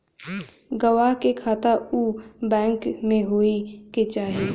गवाह के खाता उ बैंक में होए के चाही